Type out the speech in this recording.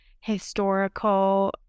historical